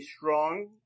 strong